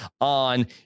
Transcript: on